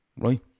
right